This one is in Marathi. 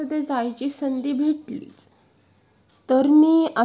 हां तू फोन केला होतास काही काम होतं का